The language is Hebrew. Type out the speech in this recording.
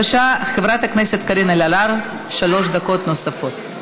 קביעת תאגיד שאינו מדווח או שותפות כחברת שכבה),